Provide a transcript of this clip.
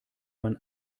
man